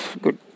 good